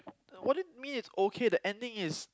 what do you mean it's okay the ending is